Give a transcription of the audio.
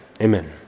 amen